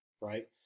right